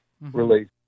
release